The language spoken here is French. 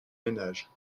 ménages